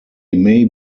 may